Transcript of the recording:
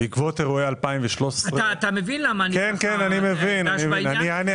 בעקבות אירועי 2013 --- אתה מבין למה אני דש בעניין,